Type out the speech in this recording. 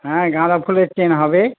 হ্যাঁ গাঁদা ফুলের চেন হবে